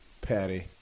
Patty